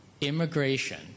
immigration